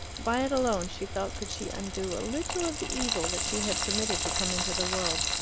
by it alone, she felt, could she undo a little of the evil that she had permitted to come into the world.